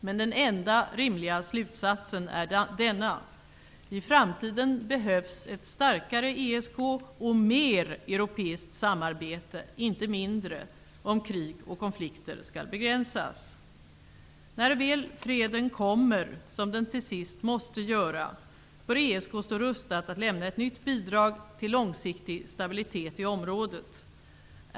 Men den enda rimliga slutsatsen är denna: I framtiden behövs ett starkare ESK och mer europeiskt samarbete, inte mindre, om krig och konflikter skall begränsas. När freden väl kommer, som den till sist måste göra, bör ESK stå rustat att lämna ett nytt bidrag till långsiktig stabilitet i området.